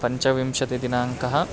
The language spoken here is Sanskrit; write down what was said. पञ्चविंशतिः दिनाङ्कः